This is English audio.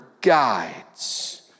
guides